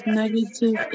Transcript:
negative